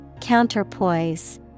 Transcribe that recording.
Counterpoise